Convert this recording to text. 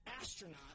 astronaut